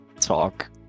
talk